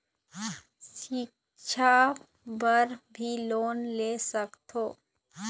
सिक्छा बर भी लोन ले सकथों?